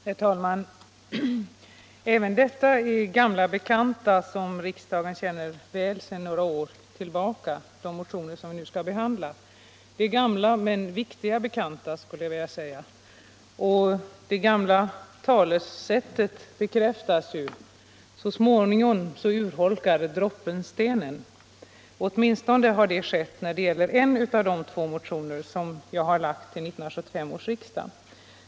Herr talman! Även de motioner vi nu skall behandla är gamla bekanta som riksdagen känner väl sedan några år tillbaka. Det är gamla men viktiga bekanta, skulle jag vilja säga. Det gamla talesättet att så småningom urholkar droppen stenen bekräftas åtminstone när det gäller en av de två motioner jag har lagt till 1975 års riksdag.